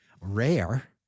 Rare